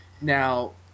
now